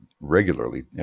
regularly